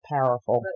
Powerful